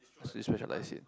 what he specialize in